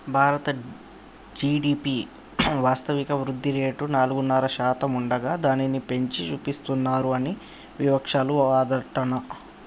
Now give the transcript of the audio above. భారత జి.డి.పి వాస్తవిక వృద్ధిరేటు నాలుగున్నర శాతం ఉండగా దానిని పెంచి చూపిస్తానన్నారు అని వివక్షాలు వాదనట